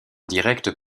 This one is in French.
direct